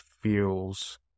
feels